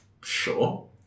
Sure